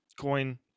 coin